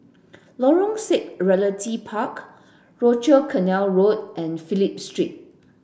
Lorong six Realty Park Rochor Canal Road and Phillip Street